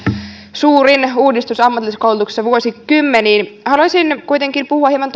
suurin uudistus ammatillisessa koulutuksessa vuosikymmeniin haluaisin kuitenkin puhua hieman